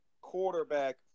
quarterback